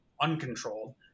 uncontrolled